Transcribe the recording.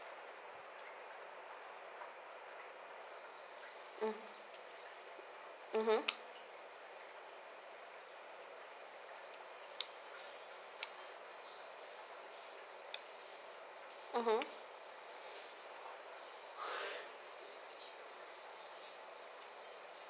mm mmhmm